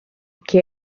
che